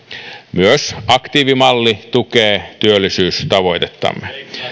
myös aktiivimalli tukee työllisyystavoitettamme